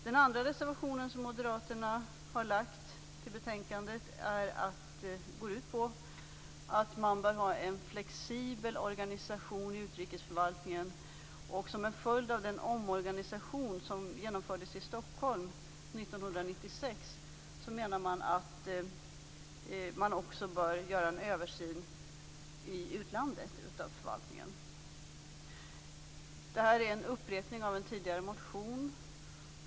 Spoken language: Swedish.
Den andra reservationen som Moderaterna har lagt till betänkandet går ut på att man bör ha en flexibel organisation i utrikesförvaltningen, och som en följd av den omorganisation som genomfördes i Stockholm 1996 menar man att man också bör göra en översyn av förvaltningen i utlandet. Det här är en upprepning av en tidigare motion.